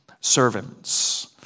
servants